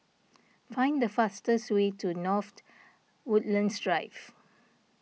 find the fastest way to North Woodlands Drive